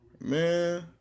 man